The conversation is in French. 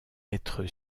être